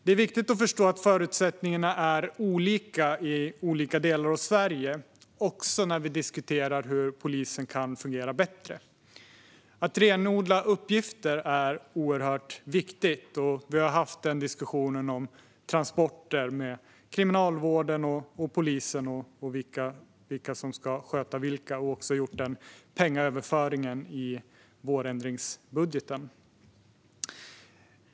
Det är viktigt att förstå att förutsättningarna är olika i olika delar av Sverige, också när vi diskuterar hur polisen kan fungera bättre. Att renodla uppgifter är oerhört viktigt, och vi har haft en diskussion om transporter med Kriminalvården och polisen när det gäller vilka som ska sköta vad. Vi har också gjort en överföring av pengar i vårändringsbudgeten.